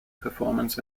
performance